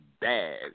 bad